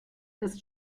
ist